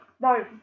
No